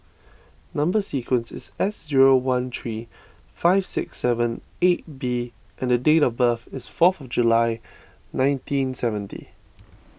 Number Sequence is S zero one three five six seven eight B and date of birth is fourth July nineteen seventy